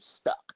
stuck